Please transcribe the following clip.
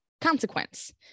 consequence